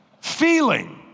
Feeling